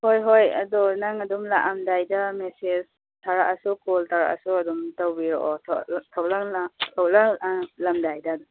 ꯍꯣꯏꯍꯣꯏ ꯑꯗꯣ ꯅꯪ ꯑꯗꯨꯝ ꯂꯥꯛꯑꯝꯗꯥꯏꯗ ꯃꯦꯁꯦꯁ ꯊꯔꯛꯑꯁꯨ ꯀꯣꯜ ꯇꯧꯔꯛꯑꯁꯨ ꯑꯗꯨꯝ ꯇꯧꯕꯤꯔꯛꯑꯣ ꯊꯣꯛꯂꯛ ꯊꯣꯛꯂꯛ ꯂꯝꯗꯥꯏꯗ